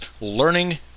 learning